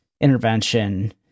intervention